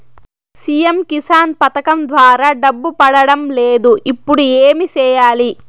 CM Kisan పథకం ద్వారా డబ్బు పడడం లేదు ఇప్పుడు ఏమి సేయాలి